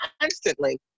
constantly